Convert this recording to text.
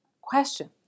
question